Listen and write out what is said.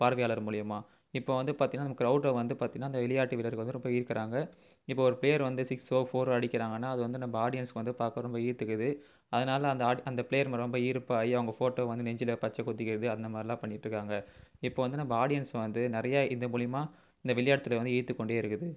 பார்வையாளர் மூலியமா இப்போ வந்து பார்த்திங்னா நம்ம க்ரௌண்டை வந்து பார்த்திங்னா அந்த விளைாட்டு வீரர்கள் வந்து ரொம்ப ஈர்க்கிறாங்க இப்போது ஒரு பிளேயர் வந்து சிக்ஸோ ஃபோரோ அடிக்கிறாங்கனா அது வந்து நம்ம ஆடியன்ஸ்க்கு வந்து பார்க்க ரொம்ப ஈத்துக்கிது அதனால அந்த ஆடி அந்த பிளேயர்மேல ரொம்ப ஈர்ப்பாகி அவங்க போட்டோ வந்து நெஞ்சில் பச்சைகுத்திக்கிறது அந்தமாரிலாம் பண்ணிக்கிட்டுருக்காங்கள் இப்போ வந்து நம்ம ஆடியன்ஸ்ஸை வந்து நிறைய இந்த மூலயமா இந்த விளையாட்டுத்துறை வந்து ஈர்த்துக்கொண்டே இருக்குது